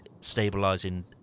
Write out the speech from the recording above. stabilizing